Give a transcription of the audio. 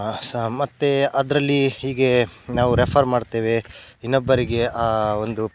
ಸ ಮತ್ತು ಅದರಲ್ಲಿ ಹೀಗೆ ನಾವು ರೆಫರ್ ಮಾಡ್ತೇವೆ ಇನ್ನೊಬ್ಬರಿಗೆ ಒಂದು